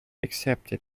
accepted